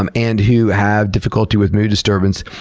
um and who have difficulty with mood disturbance,